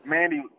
Mandy